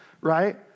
right